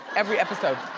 every episode.